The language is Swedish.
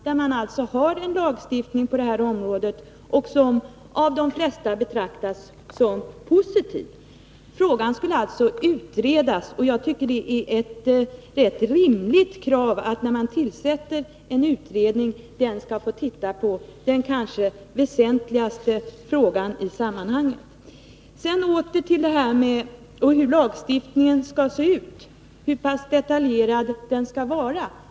Där har man alltså en lagstiftning på det här området, som av de flesta betraktas som positiv. Frågan skulle alltså utredas. Jag tycker det är ett rätt rimligt krav att man när man tillsätter en utredning låter denna se på den kanske väsentligaste frågan i sammanhanget. Åter till frågan om hur lagstiftningen skall se ut, hur pass detaljerad den skall vara.